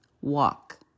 walk